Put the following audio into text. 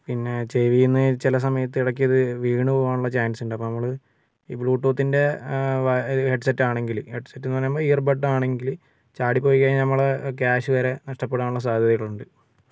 പിന്നെ ചെവിയിൽ നിന്ന് ചില സമയത്ത് ഇടയ്ക്ക് ഇത് വീണു പോവാനുള്ള ചാൻസ് ഉണ്ട് അപ്പം നമ്മൾ ഈ ബ്ലൂടൂത്തിൻ്റെ വയ് ഹെഡ്സെറ്റ് ആണെങ്കിൽ ഹെഡ്സെറ്റ് എന്ന് പറയുമ്പോൾ ഇയർ ബഡ് ആണെങ്കിൽ ചാടിപ്പോയിക്കഴിഞ്ഞാൽ നമ്മളെ ക്യാഷ് വരെ നഷ്ടപ്പെടാനുള്ള സാധ്യതകളുണ്ട്